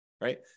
Right